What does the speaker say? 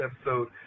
episode